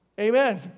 Amen